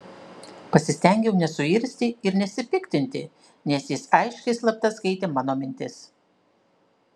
pasistengiau nesuirzti ir nesipiktinti nes jis aiškiai slapta skaitė mano mintis